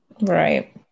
Right